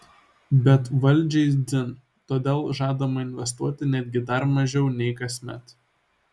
bet valdžiai dzin todėl žadama investuoti netgi dar mažiau nei kasmet